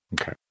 Okay